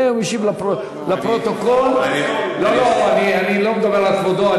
לא לא, אני לא מדבר על כבודו.